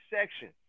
section